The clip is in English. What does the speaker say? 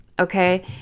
Okay